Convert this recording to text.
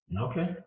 Okay